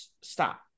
stop